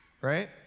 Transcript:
right